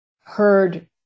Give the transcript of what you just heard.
heard